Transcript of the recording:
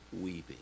weeping